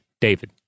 David